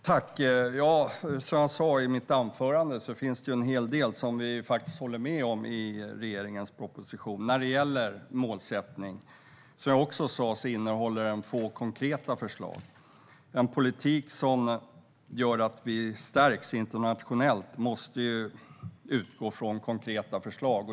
Herr talman! Som jag sa i mitt anförande finns det en hel del i regeringens proposition som vi håller med om när det gäller målsättning. Men som jag också sa innehåller den få konkreta förslag. En politik som gör att vi stärks internationellt måste ju utgå från konkreta förslag.